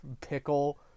Pickle